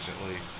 recently